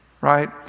right